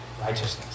righteousness